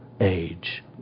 age